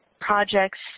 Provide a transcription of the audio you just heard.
Projects